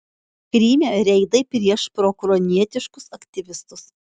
kryme reidai prieš proukrainietiškus aktyvistus